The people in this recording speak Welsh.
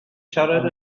siarad